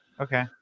Okay